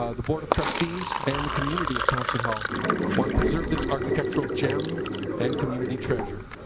um the board of trustees and the community of thompson hall want to preserve this architectural gem and community treasure.